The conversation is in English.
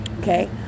Okay